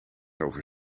over